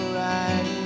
right